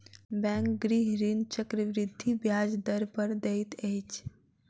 bank गृह ऋण चक्रवृद्धि ब्याज दर पर दैत अछि